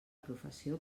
professió